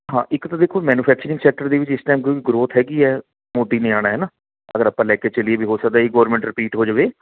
ਹਾਂ ਇੱਕ ਤਾਂ ਦੇਖੋ ਮੈਨੂਫੈਕਚਰਿੰਗ ਸੈਕਟਰ ਦੇ ਵਿੱਚ ਇਸ ਟਾਈਮ ਕਿਉਂਕਿ ਗ੍ਰੋਥ ਹੈਗੀ ਹੈ ਮੋਦੀ ਨੇ ਆਉਣਾ ਹੈ ਨਾ ਅਗਰ ਆਪਾਂ ਲੈ ਕੇ ਚਲੀਏ ਵੀ ਹੋ ਸਕਦਾ ਵੀ ਇਹ ਹੀ ਗਵਰਮੈਂਟ ਰਿਪੀਟ ਹੋ ਜਾਵੇ